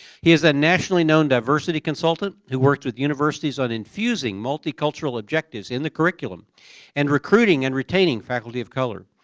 he is a nationally known diversity consultant who worked with universities on infusing multicultural objectives in the curriculum and recruiting and retaining faculty of color.